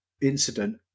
incident